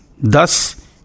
Thus